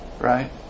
Right